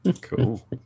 Cool